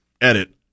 edit